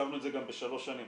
וקצבנו את זה גם בשלוש שנים.